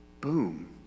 Boom